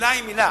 שמלה היא מלה.